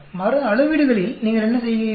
மறுஅளவீடுகளில் நீங்கள் என்ன செய்கிறீர்கள்